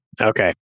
Okay